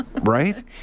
Right